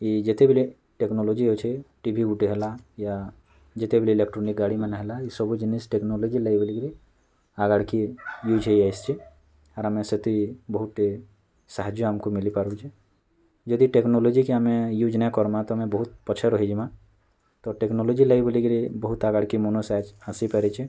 ଇ ଯେତେବେଲେ ଟେକ୍ନୋଲୋଜି ଅଛେ ଟିଭି ଗୁଟେ ହେଲା ୟା ଯେତେବେଲେ ଇଲୋକ୍ଟ୍ରୋନିକ୍ ଗାଡ଼ିମାନେ ହେଲା ଏ ସବୁ ଜିନିଷ୍ ଟେକ୍ନୋଲୋଜି ଲାଗି ବୋଲି କିରି ଆଗାଡ଼ କେ ୟୁଜ୍ ହୋଇଆସିଛି ଆର୍ ଆମେ ସେଥି ବହୁଟେ ସାହାଯ୍ୟ ଆମକୁ ମିଲିପାରୁଛେ ଯଦି ଟେକ୍ନୋଲୋଜି କି ଆମେ ୟୁଜ୍ ନାଇଁ କର୍ମା ତ ଆମେ ବହୁତ ପଛେ ରହିଯିମା ତ ଟେକ୍ନୋଲୋଜି ଲାଗି ବୋଲିକିରି ବହୁତ ଆଗାଡ଼୍କେ ମନୁଷ୍ ଆସିପାରିଛି